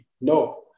No